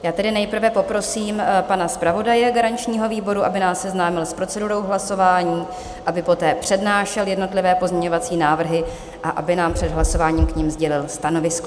Já tedy nejprve poprosím pana zpravodaje garančního výboru, aby nás seznámil s procedurou hlasování, aby poté přednášel jednotlivé pozměňovací návrhy a aby nám před hlasováním k nim sdělil stanovisko.